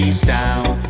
Sound